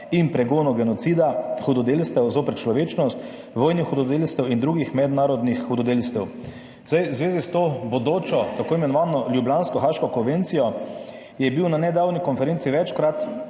in pregonu genocida, hudodelstev zoper človečnost, vojnih hudodelstev in drugih mednarodnih hudodelstev. V zvezi s to bodočo tako imenovano ljubljansko-haaško konvencijo je bil na nedavni konferenci večkrat